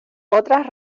otras